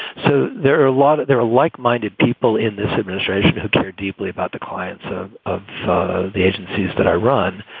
so there are a lot there are like minded people in this administration who care deeply about the clients ah of the agencies that i run.